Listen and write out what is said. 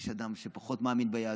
יש אדם שפחות מאמין ביהדות,